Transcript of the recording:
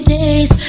days